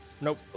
Nope